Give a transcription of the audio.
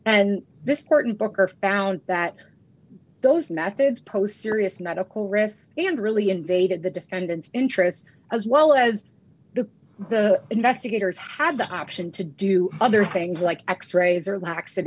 and this court and booker found that those methods post serious medical risks and really invaded the defendant's interests as well as the investigators had the option to do other things like x rays or lax